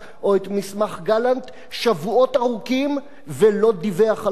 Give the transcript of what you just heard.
או את מסמך גלנט שבועות ארוכים ולא דיווח עליו,